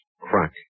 crack